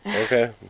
Okay